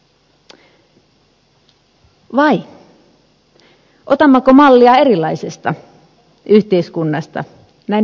vai otammeko mallia erilaisesta yhteiskunnasta näin joulun alla